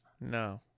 no